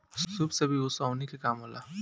सूप से भी ओसौनी के काम होला